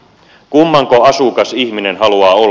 kummanko asukas ihminen haluaa olla